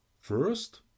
First